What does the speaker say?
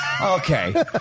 Okay